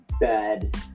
bad